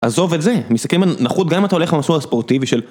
עזוב את זה, מסתכלים על... הנחות, גם אם אתה הולך במסורת ספורטיבי של...